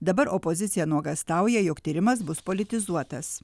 dabar opozicija nuogąstauja jog tyrimas bus politizuotas